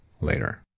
later